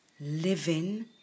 living